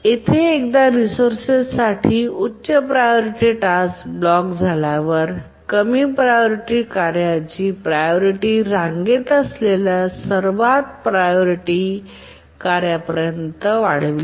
येथे एकदा रिसोर्सेस साठी उच्च प्रायोरिटी टास्क ब्लॉक झाल्यावर कमी प्रायोरिटी कार्याची प्रायोरिटी रांगेत असलेल्या सर्वोच्च प्रायोरिटी कार्यापर्यंत वाढते